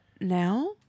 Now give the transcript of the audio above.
now